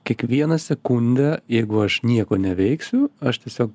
kiekvieną sekundę jeigu aš nieko neveiksiu aš tiesiog